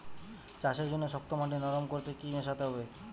চাষের জন্য শক্ত মাটি নরম করতে কি কি মেশাতে হবে?